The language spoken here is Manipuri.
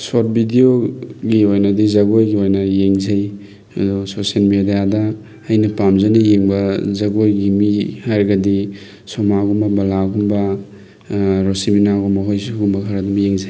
ꯁꯣꯔꯠ ꯕꯤꯗꯤꯑꯣꯒꯤ ꯑꯣꯏꯅꯗꯤ ꯖꯒꯣꯏꯒꯤ ꯑꯣꯏꯅ ꯌꯦꯡꯖꯩ ꯑꯗꯣ ꯁꯣꯁꯤꯌꯦꯜ ꯃꯦꯗꯤꯌꯥꯗ ꯑꯩꯅ ꯄꯥꯝꯖꯅ ꯌꯦꯡꯕ ꯖꯒꯣꯏꯒꯤ ꯃꯤ ꯍꯥꯏꯔꯒꯗꯤ ꯁꯣꯃꯥꯒꯨꯝꯕ ꯕꯂꯥꯒꯨꯝꯕ ꯔꯣꯁꯤꯕꯤꯅꯥꯒꯨꯝꯕ ꯃꯈꯣꯏ ꯁꯤꯒꯨꯝꯕ ꯈꯔ ꯑꯗꯨꯝ ꯌꯦꯡꯖꯩ